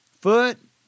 foot